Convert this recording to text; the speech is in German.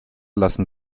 lassen